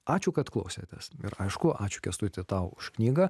ačiū kad klausėtės ir aišku ačiū kęstuti tau už knygą